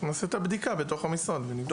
נעשה את הבדיקה בתוך המשרד ונבדוק.